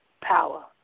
power